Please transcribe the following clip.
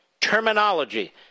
terminology